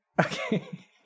Okay